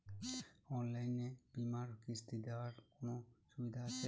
অনলাইনে বীমার কিস্তি দেওয়ার কোন সুবিধে আছে?